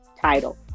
title